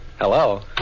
Hello